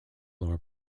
lower